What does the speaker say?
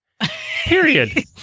Period